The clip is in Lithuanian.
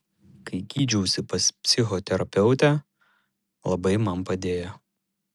kai gydžiausi pas psichoterapeutę labai man padėjo